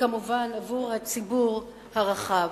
וכמובן עבור הציבור הרחב.